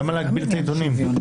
למה להגביל את העיתונים?